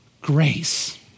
grace